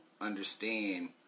understand